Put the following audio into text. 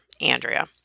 Andrea